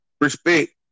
Respect